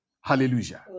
Hallelujah